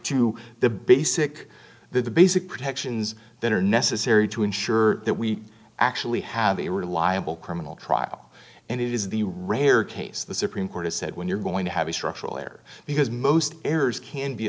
to the basic the basic protections that are necessary to ensure that we actually have a reliable criminal trial and it is the rare case the supreme court has said when you're going to have a structural error because most errors can be